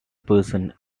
person